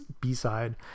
B-side